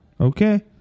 Okay